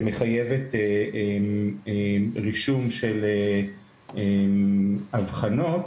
שמחייבת רישום של אבחנות,